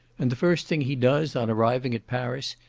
and the first thing he does on arriving at paris,